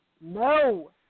No